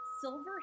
silver